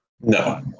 No